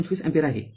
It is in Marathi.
२५ अँपिअर आहे